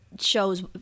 shows